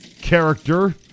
character